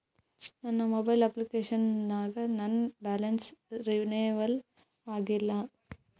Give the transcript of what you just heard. ನನ್ನ mobile application ನಾಗ ನನ್ ಬ್ಯಾಲೆನ್ಸ್ ರೀನೇವಲ್ ಆಗಿಲ್ಲ